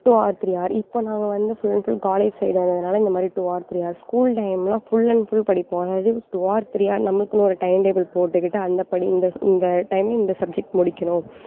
two or three hour இப்போ நாங்கள் வந்து ஃபுல் ஃபுல் காலேஜ் சைட் வந்ததுனால இந்த மாதிரி two or three hours school time எல்லாம் ஃபுல் அண்ட் ஃபுல் படிப்போம் அதாவது டூ ஆர் த்ரீ ஆர் நம்முளுக்குன்னு ஒரு டைம் டேபிள் போட்டுக்கிட்டு அந்த படி இந்த இந்த டைம்க்கு இந்த சப்ஜெக்ட் முடிகணும்